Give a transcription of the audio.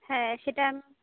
হ্যাঁ সেটা আমি